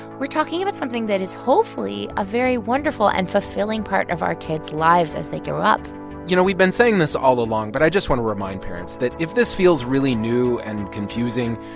we're talking about something that is, hopefully, a very wonderful and fulfilling part of our kids' lives as they grow up you know, we've been saying this all along, but i just want to remind parents that if this feels really new and confusing,